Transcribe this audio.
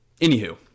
anywho